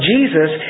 Jesus